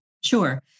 Sure